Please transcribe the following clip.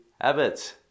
habits